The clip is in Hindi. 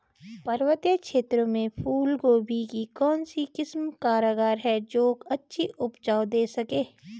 पर्वतीय क्षेत्रों में फूल गोभी की कौन सी किस्म कारगर है जो अच्छी उपज दें सके?